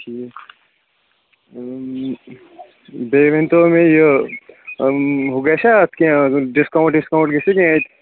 ٹھیٖک بیٚیہِ ؤنۍ تو مےٚ یہِ ہُہ گَژھیا اتھ کینہہ ڈسکاونٹ وسکاونٹ گَژھیا کینہہ اَتہِ